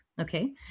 okay